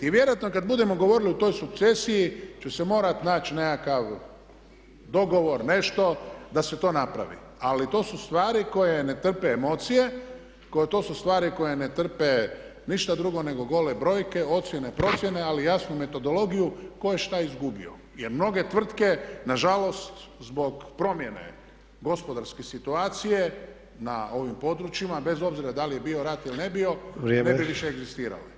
I vjerojatno kada budemo govorili o toj sukcesiji će se morati naći nekakav dogovor, nešto da se to napravi, ali to su stvari koje ne trpe emocije, to su stvari koje ne trpe ništa drugo, nego gole brojke, ocjene, procjene ali jasnu metodologiju tko je šta izgubio jer mnoge tvrtke nažalost zbog promjene gospodarske situacije na ovim područjima bez obzira da li je bio rat ili ne bio, ne bi više egzistirali.